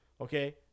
Okay